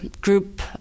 group